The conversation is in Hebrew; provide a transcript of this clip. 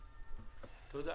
תודה.